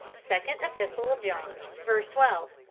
second epistle of john. verse twelve.